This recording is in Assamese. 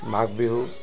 মাঘ বিহু